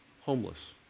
homeless